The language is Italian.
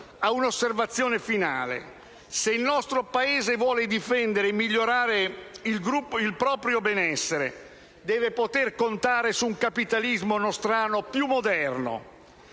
ad un'osservazione finale: se il nostro Paese vuole difendere e migliorare il proprio benessere, deve poter contare su un capitalismo nostrano più moderno,